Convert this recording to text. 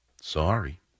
Sorry